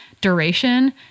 duration